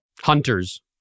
Hunters